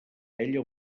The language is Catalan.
ella